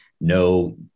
no